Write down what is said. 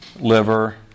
liver